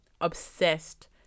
Obsessed